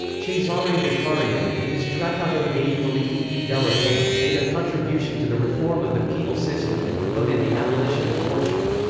cesare beccaria, in his trattato dei delitti e delle pene, made a contribution to the reform of the penal system and promoted the abolition of torture.